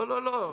לא, לא, לא.